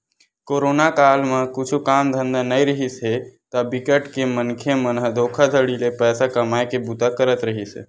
corona काल म कुछु काम धंधा नइ रिहिस हे ता बिकट के मनखे मन ह धोखाघड़ी ले पइसा कमाए के बूता करत रिहिस हे